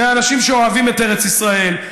מהאנשים שאוהבים את ארץ ישראל,